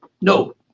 No